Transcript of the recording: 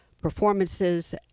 performances